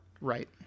Right